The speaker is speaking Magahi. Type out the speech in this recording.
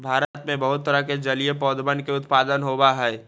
भारत में बहुत तरह के जलीय पौधवन के उत्पादन होबा हई